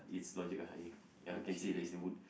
it's logic ah ya can see that it's a wood